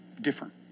different